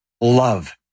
love